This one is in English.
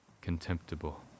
contemptible